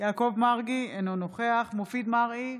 יעקב מרגי, אינו נוכח מופיד מרעי,